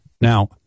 Now